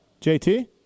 JT